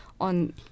on